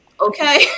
Okay